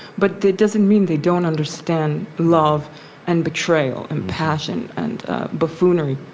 but that doesn't mean they don't understand love and betrayal and passion and buffoonery.